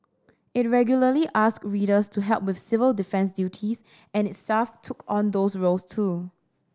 it regularly asked readers to help with civil defence duties and its staff took on those roles too